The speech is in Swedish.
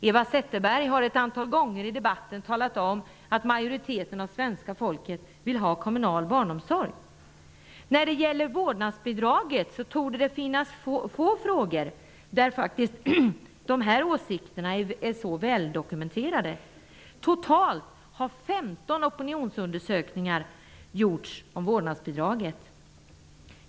Eva Zetterberg har ett antal gånger i debatten talat om att majoriteten av svenska folket vill ha kommunal barnomsorg. När det gäller vårdnadsbidraget torde det finnas få frågor där åsikterna är så väldokumenterade. Totalt har 15 opinionsundersökningar gjorts angående vårdnadsbidraget.